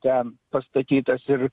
ten pastatytas ir